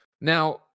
now